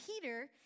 Peter